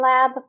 Lab